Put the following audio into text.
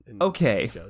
Okay